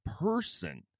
person